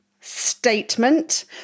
statement